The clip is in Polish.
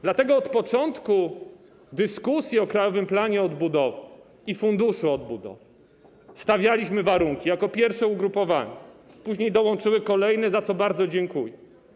Dlatego od początku dyskusji o Krajowym Planie Odbudowy i Funduszu Odbudowy stawialiśmy warunki - jako pierwsze ugrupowanie, później dołączyły kolejne, za co bardzo dziękuję.